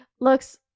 looks